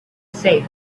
safe